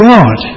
God